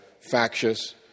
factious